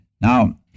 Now